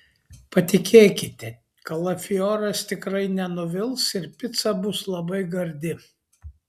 patikėkite kalafioras tikrai nenuvils ir pica bus labai gardi